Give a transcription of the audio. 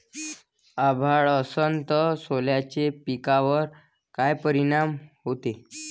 अभाळ असन तं सोल्याच्या पिकावर काय परिनाम व्हते?